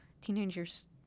Teenagers